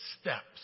steps